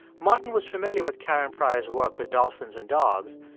martin was familiar with karen pryor's work with dolphins and dogs,